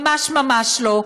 ממש ממש לא.